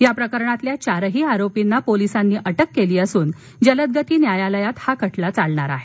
या प्रकरणातील चारही आरोपींना पोलिसांनी अटक केली असून जलदगती न्यायालयात हाखटला चालणार आहे